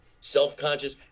Self-conscious